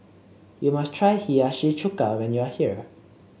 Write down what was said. you must try Hiyashi Chuka when you are here